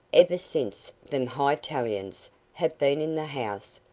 ever since them hightalians have been in the house,